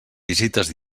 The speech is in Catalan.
visites